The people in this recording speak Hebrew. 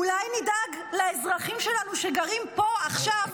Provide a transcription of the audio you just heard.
אולי נדאג לאזרחים שלנו שגרים פה עכשיו,